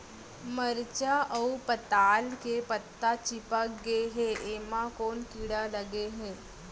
मरचा अऊ पताल के पत्ता चिपक गे हे, एमा कोन कीड़ा लगे है?